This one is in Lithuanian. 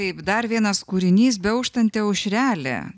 taip dar vienas kūrinys beauštanti aušrelė